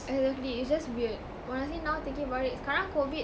exactly it's just weird honestly now thinking about it sekarang COVID